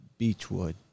Beachwood